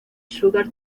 sugar